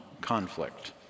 conflict